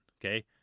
okay